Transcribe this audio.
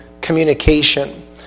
communication